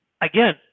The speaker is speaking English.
again